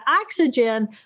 oxygen